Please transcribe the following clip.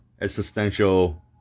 existential